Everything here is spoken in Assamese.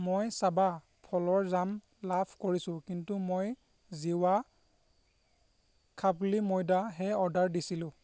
মই চাবা ফলৰ জাম লাভ কৰিছোঁ কিন্তু মই জিৱা খাপ্লি ময়দাহে অৰ্ডাৰ দিছিলোঁ